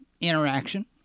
interaction